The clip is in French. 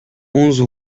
onze